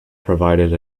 provided